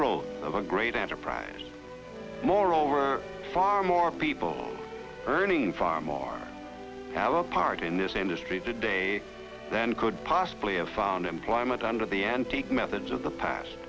growth of a great enterprise moreover far more people earning farm are al a part in this industry today than could possibly have found employment under the antique methods of the past